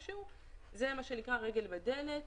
זה מה שנקרא רגל בדלת.